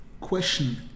Question